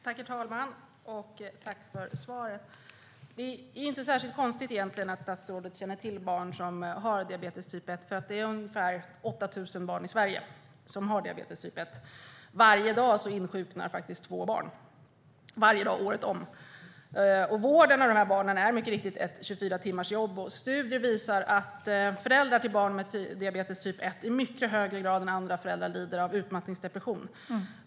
Herr talman! Det är inte särskilt konstigt att statsrådet känner till barn som har diabetes typ 1, för det är ungefär 8 000 barn i Sverige som har det. Varje dag året om insjuknar två barn. Vården av de här barnen är ett 24timmarsjobb, och studier visar att föräldrar till barn med diabetes typ 1 i mycket högre grad än andra föräldrar lider av utmattningsdepression.